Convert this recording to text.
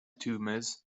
tumors